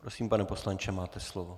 Prosím, pane poslanče, máte slovo.